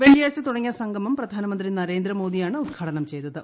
വെള്ളിയാഴ്ച തുടങ്ങിയ സംഗമം പ്രധാനമന്ത്രി നരേന്ദ്രമോദിയാണ് ഉദ്ഘാട്ട്നം ചെയ്തത്